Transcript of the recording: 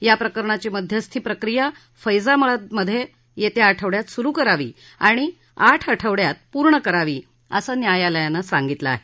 या प्रकरणाची मध्यस्थी प्रक्रिया फैजाबादमधे येत्या आठवडयाभरात सुरु करावी आणि आठ आठवडयात पूर्ण करावी असं न्यायालयानं सांगितलं आहे